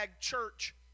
church